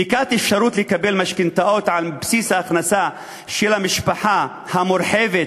בדיקת אפשרות לקבל משכנתאות על בסיס ההכנסה של המשפחה המורחבת,